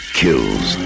kills